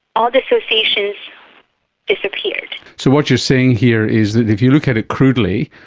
all the associations disappeared. so what you're saying here is that if you look at it crudely,